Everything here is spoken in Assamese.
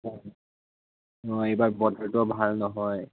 অঁ এইবাৰ বতৰটো ভাল নহয়